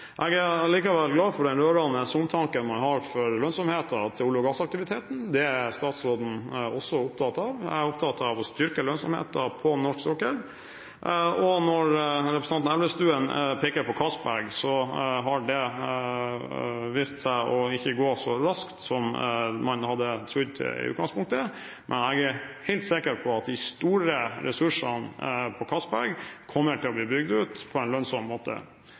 Jeg er likevel glad for den rørende omtanken man har for lønnsomheten i olje- og gassaktiviteten. Det er statsråden også opptatt av. Jeg er opptatt av å styrke lønnsomheten på norsk sokkel. Når representanten Elvestuen peker på Johan Castberg, har det vist seg ikke å gå så raskt som man hadde trodd i utgangspunktet, men jeg er helt sikker på at de store ressursene på Castberg kommer til å bli bygd ut på en lønnsom måte